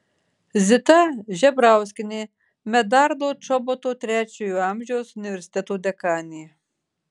zita žebrauskienė medardo čoboto trečiojo amžiaus universiteto dekanė